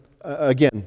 again